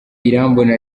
irambona